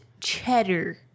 Cheddar